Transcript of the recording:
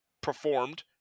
performed